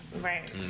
right